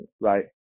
right